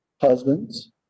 husbands